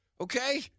okay